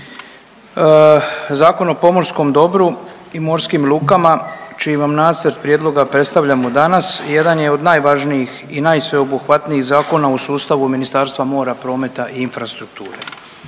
Zakon o pomorskom dobru i morskim lukama čiji vam nacrt prijedloga predstavljamo danas jedan je od najvažnijih i najsveobuhvatnijih zakona u sustavu Ministarstva mora, prometa i infrastrukture.